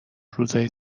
روزای